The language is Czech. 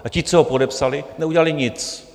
A ti, co ho podepsali, neudělali nic.